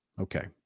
Okay